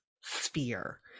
sphere